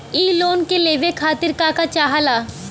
इ लोन के लेवे खातीर के का का चाहा ला?